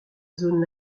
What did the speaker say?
zone